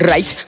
Right